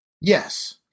Yes